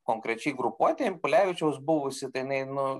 konkrečiai grupuotė impulevičiaus buvusi tai jinai nu